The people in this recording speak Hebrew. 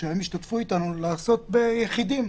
שבמקום שהם ישתתפו איתנו לעשות ביחידים,